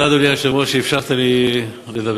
תודה, אדוני היושב-ראש, שאפשרת לי לדבר.